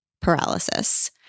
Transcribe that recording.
paralysis